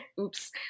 oops